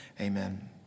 Amen